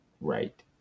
right